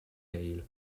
hale